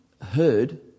heard